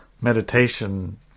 meditation